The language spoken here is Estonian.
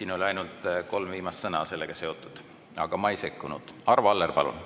siin oli ainult kolm viimast sõna sellega seotud, aga ma ei sekkunud. Arvo Aller, palun!